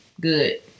Good